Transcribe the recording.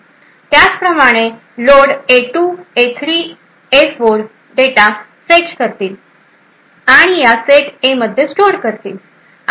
त्याचप्रमाणे load A two load A three load A 4 data fetch करतील आणि या सेट A मध्ये स्टोअर करतील